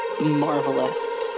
marvelous